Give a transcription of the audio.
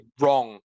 wrong